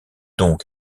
donc